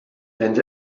and